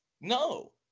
No